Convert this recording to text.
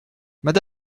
mme